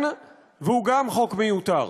והוא גם חוק מיותר.